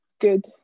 good